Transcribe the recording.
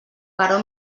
però